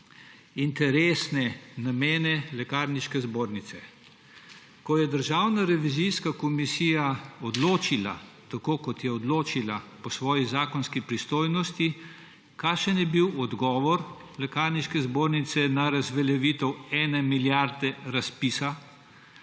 interesne namene Lekarniške zbornice. Ko je Državna revizijska komisija odločila tako, kot je odločila, po svoji zakonski pristojnosti, kakšen je bil odgovor Lekarniške zbornice na razveljavitev 1 milijarde razpisa?